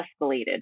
escalated